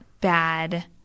bad